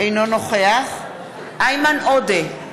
אינו נוכח איימן עודה,